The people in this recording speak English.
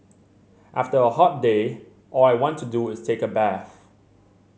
after a hot day all I want to do is take a bath